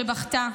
שבכתה,